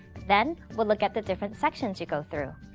then, we'll look at the different sections you go through.